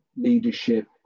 leadership